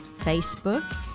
Facebook